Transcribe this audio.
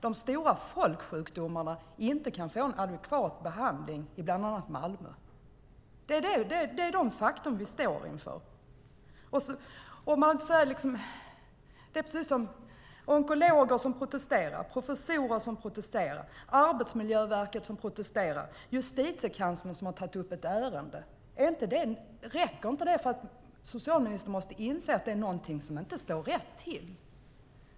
De stora folksjukdomarna kan inte behandlas på ett adekvat sätt i bland annat Malmö. Det är det faktumet vi står inför. Onkologer protesterar, professorer protesterar och Arbetsmiljöverket protesterar. Justitiekanslern har tagit sig an ett ärende. Räcker inte det för att socialministern måste inse att det är något som inte står rätt till?